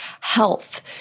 health